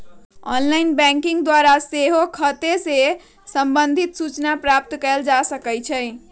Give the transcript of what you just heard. online banking द्वारा सेहो खते से संबंधित सूचना प्राप्त कएल जा सकइ छै